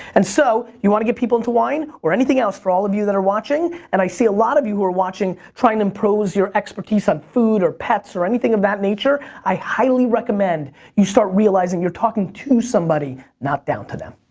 and so you want to get people into wine, or anything else for all of you that are watching, and i see a lot of you who are watching trying to impose your expertise on food, or pets, or anything of that nature, i highly recommend you start realizing you're talking to somebody, not down to them.